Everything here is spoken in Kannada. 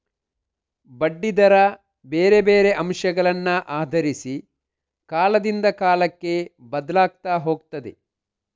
ಬಡ್ಡಿ ದರ ಬೇರೆ ಬೇರೆ ಅಂಶಗಳನ್ನ ಆಧರಿಸಿ ಕಾಲದಿಂದ ಕಾಲಕ್ಕೆ ಬದ್ಲಾಗ್ತಾ ಹೋಗ್ತದೆ